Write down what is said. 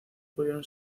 pudieron